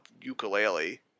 ukulele